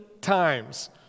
times